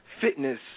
fitness